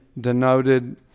denoted